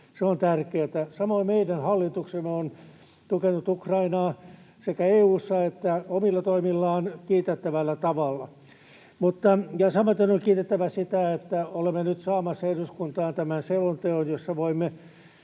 se on tärkeää. Samoin meidän hallituksemme on tukenut Ukrainaa sekä EU:ssa että omilla toimillaan kiitettävällä tavalla — ja samaten on kiitettävä siitä, että olemme nyt saamassa eduskuntaan tämän selonteon, jossa voimme